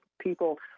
people